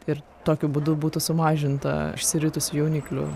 ir tokiu būdu būtų sumažinta išsiritusių jauniklių